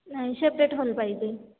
नाही separate hall पाहिजे